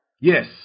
Yes